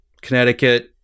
Connecticut